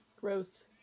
Gross